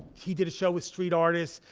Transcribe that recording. he did a show with street artists,